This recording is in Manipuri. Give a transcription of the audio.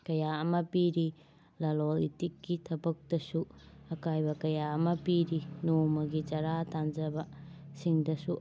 ꯀꯌꯥ ꯑꯃ ꯄꯤꯔꯤ ꯂꯂꯣꯜ ꯏꯇꯤꯛꯀꯤ ꯊꯕꯛꯇꯁꯨ ꯑꯀꯥꯏꯕ ꯀꯌꯥ ꯑꯃ ꯄꯤꯔꯤ ꯅꯣꯡꯃꯒꯤ ꯆꯔꯥ ꯇꯥꯟꯖꯕꯁꯤꯡꯗꯁꯨ